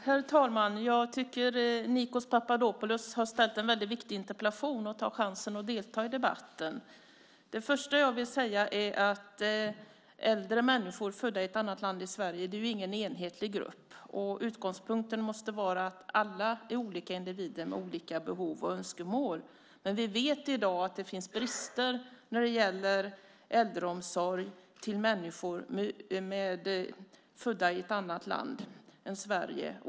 Herr talman! Nikos Papadopoulos har ställt en väldigt viktig interpellation, och jag tar därför chansen att delta i debatten. Det första jag vill säga är att äldre människor i Sverige som är födda i ett annat land inte utgör någon enhetlig grupp. Utgångspunkten måste därför vara att alla är olika individer med olika behov och önskemål. Vi vet dock att det i dag finns brister när det gäller äldreomsorg till människor som är födda i ett annat land.